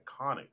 iconic